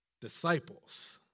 disciples